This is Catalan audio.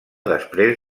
després